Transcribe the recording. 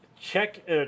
check